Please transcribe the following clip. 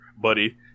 buddy